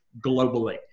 globally